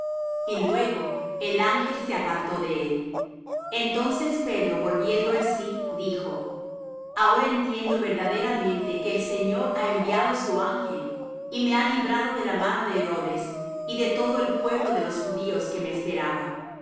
y luego el ángel se apartó de él entonces pedro volviendo en sí dijo ahora entiendo verdaderamente que el señor ha enviado su ángel y me ha librado de la mano de herodes y de todo el pueblo de los judíos que me esperaba